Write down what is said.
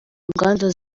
nganda